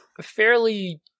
fairly